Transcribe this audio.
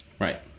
Right